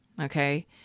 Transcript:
Okay